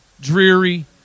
dreary